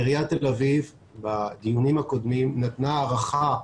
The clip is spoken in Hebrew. עיריית תל אביב בדיונים הקודמים נתנה הערכה,